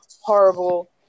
horrible